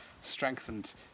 strengthened